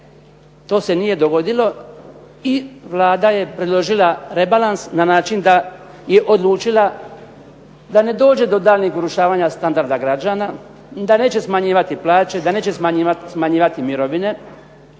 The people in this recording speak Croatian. to se nije dogodilo i Vlada je predložila rebalans na način da je odlučila da ne dođe do daljnjeg urušavanja standarda građana, da neće smanjivati plaće, da neće smanjivati mirovine